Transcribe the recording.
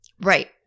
Right